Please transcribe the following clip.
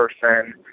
person